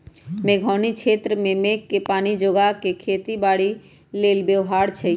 मेघोउनी क्षेत्र में मेघके पानी जोगा कऽ खेती बाड़ी लेल व्यव्हार छै